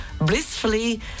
blissfully